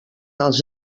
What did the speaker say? els